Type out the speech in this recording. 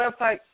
website